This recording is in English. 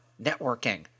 networking